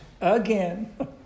again